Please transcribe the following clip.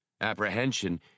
Apprehension